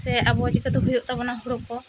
ᱥᱮ ᱟᱵᱚ ᱪᱤᱠᱟ ᱛᱮ ᱦᱩᱭᱩᱜ ᱛᱟᱵᱚᱱᱟ ᱦᱳᱲᱳ ᱠᱚ